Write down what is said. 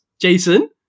Jason